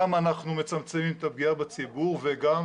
גם אנחנו מצמצמים את הפגיעה בציבור וגם,